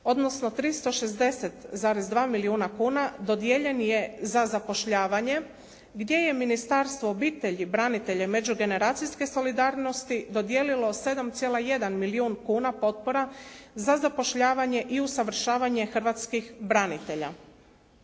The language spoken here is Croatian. odnosno 360,2 milijuna kuna dodijeljen je za zapošljavanje gdje je Ministarstvo obitelji, branitelja i međugeneracijske solidarnosti dodijelilo 7,1 milijun kuna potpora za zapošljavanje i usavršavanje hrvatskih branitelja.